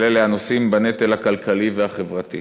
של אלה הנושאים בנטל הכלכלי והחברתי,